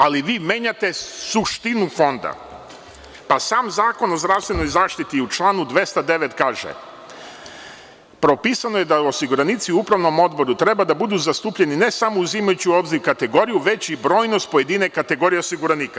Ali, vi menjate suštinu Fonda, pa sam Zakon o zdravstvenoj zaštiti u članu 209. kaže – propisano je da osiguranici u upravnom odboru treba da budu zastupljeni ne samo uzimajući u obzir kategoriju, već i brojnost pojedine kategorije osiguranika.